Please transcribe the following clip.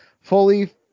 fully